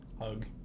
hug